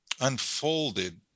unfolded